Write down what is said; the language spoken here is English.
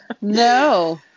No